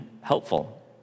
helpful